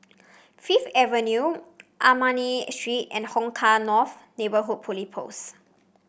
Fifth Avenue Armani Street and Hong Kah North Neighbourhood Police Post